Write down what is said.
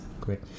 Great